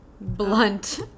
Blunt